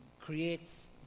creates